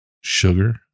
sugar